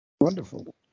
wonderful